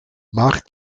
mach